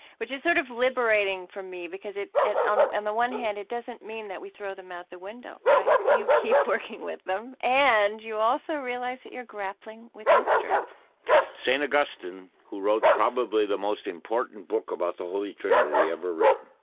which is sort of liberating for me because it at on and the one hand, it doesn't mean that we throw them out the window, right? you keep working with them and you also realize that you're grappling with mystery st. augustine, who wrote probably the most important book about the holy trinity ever written,